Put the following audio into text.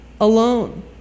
alone